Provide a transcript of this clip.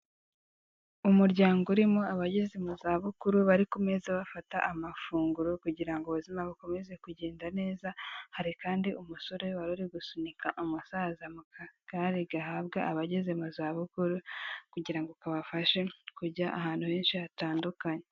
Umuryango urimo abageze mu zabukuru bari ku meza bafata amafunguro kugira ngo ubuzima bukomeze kugenda neza, hari kandi umusore wari uri gusunika umusaza mu kagare gahabwa abageze mu zabukuru kugira ngo kabafashe kujya ahantu henshi hatandukanye.